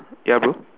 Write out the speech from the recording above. ya bro